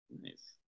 Nice